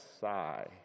sigh